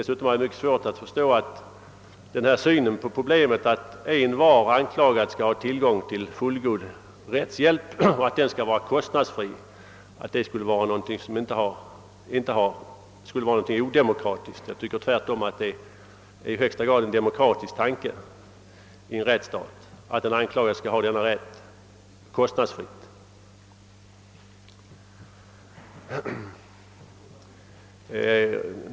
Dessutom har jag mycket svårt att förstå att den synen på problemet, att envar anklagad skall ha tillgång till fullgod rättshjälp och att denna skall vara kostnadsfri, skulle vara odemokratisk. Jag tycker tvärtom att det är en i högsta grad demokratisk tanke att en anklagad i en rättsstat skall få rättshjälp kostnadsfritt.